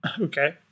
okay